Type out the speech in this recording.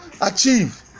achieve